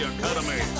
Academy